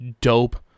dope